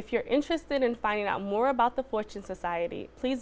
if you're interested in finding out more about the fortune society please